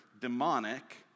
demonic